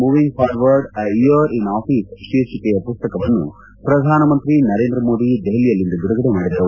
moving forward a year in office ಶೀರ್ಷಿಕೆಯ ಪುಸ್ತಕವನ್ನು ಪ್ರಧಾನಮಂತ್ರಿ ನರೇಂದ್ರ ಮೋದಿ ದೆಹಲಿಯಲ್ಲಿಂದು ಬಿಡುಗಡೆ ಮಾಡಿದರು